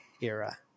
era